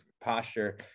posture